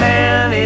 Man